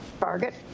target